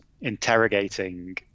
interrogating